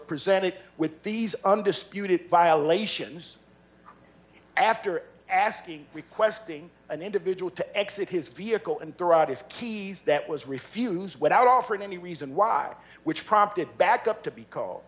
presented with these undisputed violations after asking requesting an individual to exit his vehicle and his keys that was refused without offering any reason why which prompted backup to be called